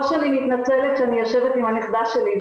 מתנצלת שאני יושבת עם הנכדה שלי.